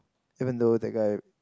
even though that guy